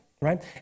Right